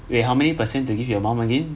wait how many percent to give your mum again